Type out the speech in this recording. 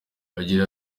agira